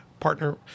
partner